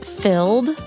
filled